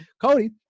cody